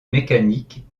mécanique